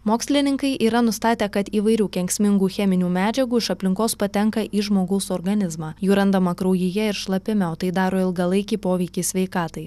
mokslininkai yra nustatę kad įvairių kenksmingų cheminių medžiagų iš aplinkos patenka į žmogaus organizmą jų randama kraujyje ir šlapime o tai daro ilgalaikį poveikį sveikatai